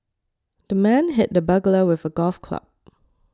the man hit the burglar with a golf club